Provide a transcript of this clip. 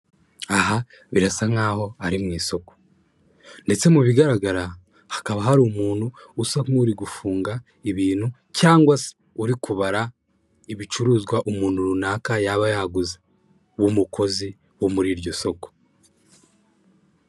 Aha birasa nkaho ari mu isoko ndetse mu bigaragara hakaba hari umuntu usa nk'uri gufunga ibintu cyangwa se uri kubara ibicuruzwa umuntu runaka yaba yaguze w'umukozi wo muri iryo soko.